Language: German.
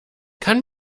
kann